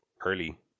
early